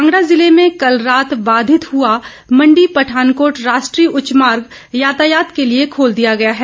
कांगड़ा जिले में कल रात बाधित हुआ मंडी पठानकोट राष्ट्रीय उच्च मार्ग यातायात के लिए खोल दिया गया है